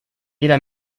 jeder